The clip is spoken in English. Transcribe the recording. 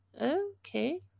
Okay